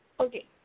Okay